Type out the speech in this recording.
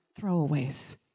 throwaways